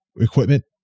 equipment